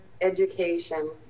education